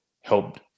helped